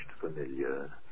familiar